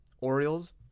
Orioles